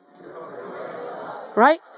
Right